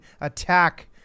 attack